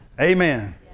Amen